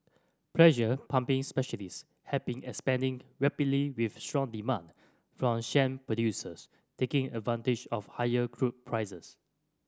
pressure pumping specialist have been expanding rapidly with strong demand from shale producers taking advantage of higher crude prices